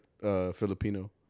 Filipino